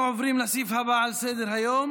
אנחנו עוברים לסעיף הבא על סדר-היום,